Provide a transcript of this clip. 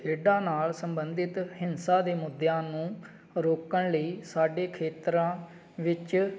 ਖੇਡਾਂ ਨਾਲ ਸੰਬੰਧਿਤ ਹਿੰਸਾ ਦੇ ਮੁੱਦਿਆਂ ਨੂੰ ਰੋਕਣ ਲਈ ਸਾਡੇ ਖੇਤਰਾਂ ਵਿੱਚ